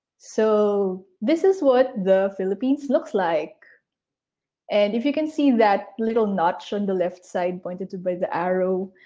so this is what the philippines looks like and if you can see that little notch on the left side pointed to by the arrow,